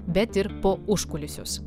bet ir po užkulisius